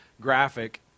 graphic